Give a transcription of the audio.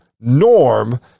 norm